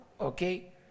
Okay